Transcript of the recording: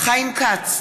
חיים כץ,